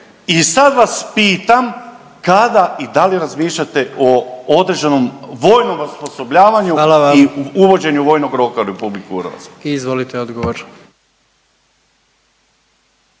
I sad vas pitam kada i da li razmišljate o određenom vojnom osposobljavanju …/Upadica predsjednik: Hvala